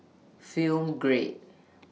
Film Grade